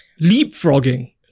leapfrogging